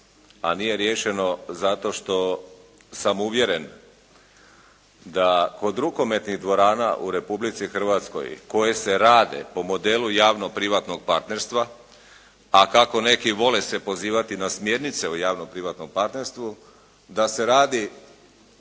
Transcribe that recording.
a nije riješeno zato što sam uvjeren da kod rukometnih dvorana u Republici Hrvatskoj koje se rade po modelu javno privatnog partnerstva a kako neki vole se pozivati na smjernice u javno privatnom partnerstvu da se radi